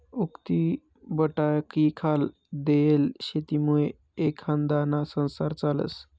उक्तीबटाईखाल देयेल शेतीमुये एखांदाना संसार चालस